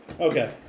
Okay